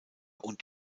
und